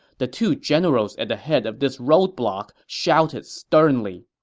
the two generals at the head of this roadblock shouted sternly,